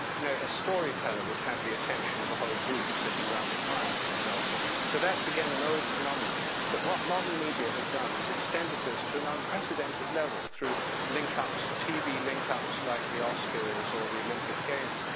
you know, a storyteller would have the attention of a whole group sitting around the fire for example. so that's again is an old phenomenon. but what modern media have done is extended this to an unprecedented level through linkups, tv linkups, like the oscars or the olympic games,